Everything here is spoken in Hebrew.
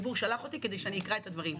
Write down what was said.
הציבור שלח אותי כדי שאני אקרא את הדברים.